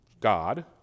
God